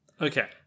Okay